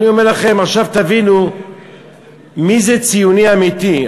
אני אומר לכם, עכשיו תבינו מי זה ציוני אמיתי.